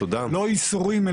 לא איסורים,